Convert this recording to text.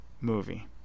movie